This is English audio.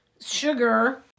sugar